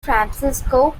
francisco